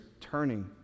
turning